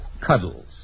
Cuddles